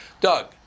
Doug